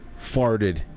farted